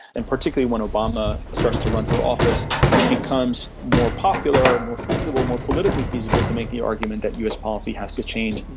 and particularly when obama starts to run for office it becomes more popular, more feasible, more politically feasible to make the argument that us policy has to change,